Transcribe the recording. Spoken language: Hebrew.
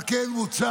על כן מוצע